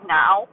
now